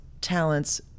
talents